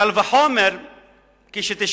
קל וחומר כש-90%,